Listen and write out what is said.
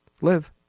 live